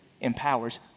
empowers